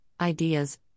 ideas